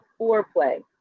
foreplay